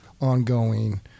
ongoing